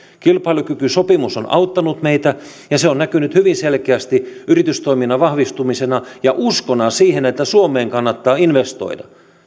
kilpailukykysopimus on auttanut meitä ja se on näkynyt hyvin selkeästi yritystoiminnan vahvistumisena ja uskona siihen että suomeen kannattaa investoida